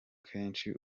kenshi